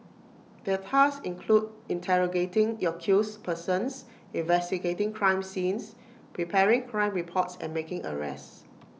their tasks included interrogating accused persons investigating crime scenes preparing crime reports and making arrests